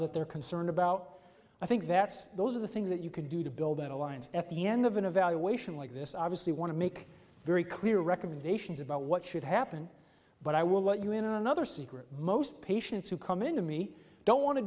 that they're concerned about i think that's those are the things that you could do to build an alliance at the end of an evaluation like this obviously want to make very clear recommendations about what should happen but i will let you in another secret most patients who come into me don't want to